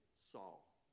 Saul